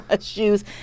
Shoes